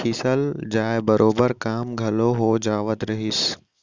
खिसल जाय बरोबर काम घलौ हो जावत रहिस